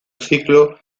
ciclo